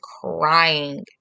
crying